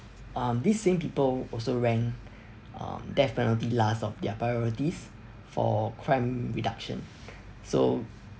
um these same people also rank um death penalty last of their priorities for crime reduction so